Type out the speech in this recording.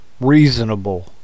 reasonable